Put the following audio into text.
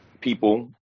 people